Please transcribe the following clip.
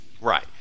Right